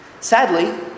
Sadly